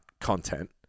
content